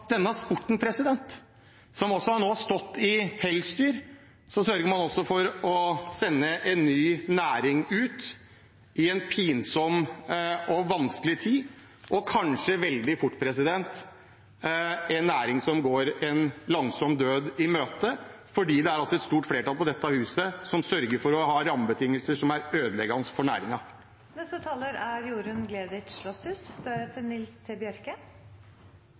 denne sporten, og som har lagt ned pelsdyrnæringen, sørger for å sende en ny næring ut i en pinefull og vanskelig tid. Kanskje blir det også veldig fort en næring som går en langsom død i møte fordi det er et stort flertall på dette huset som sørger for å ha rammebetingelser som er ødeleggende for næringen. Å høre Fremskrittspartiets selvmotsigelser i replikkordskiftet og også deres forsøk på å bagatellisere spilleavhengighet er